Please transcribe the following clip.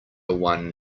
one